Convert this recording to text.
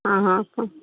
हँ हँ हँ